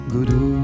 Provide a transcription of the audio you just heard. Guru